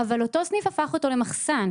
אבל אותו סניף הפך אותו למחסן,